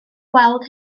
weld